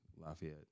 Lafayette